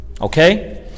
Okay